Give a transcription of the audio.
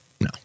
no